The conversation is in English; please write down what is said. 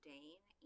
Dane